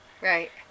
Right